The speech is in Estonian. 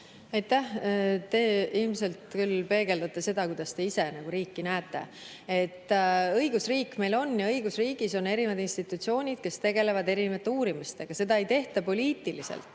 Aitäh! Te ilmselt küll peegeldate seda, kuidas te ise riiki näete. Õigusriik meil on ja õigusriigis on erinevad institutsioonid, kes tegelevad erinevate uurimistega. Seda ei tehta poliitiliselt.